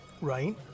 Right